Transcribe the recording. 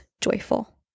joyful